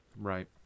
Right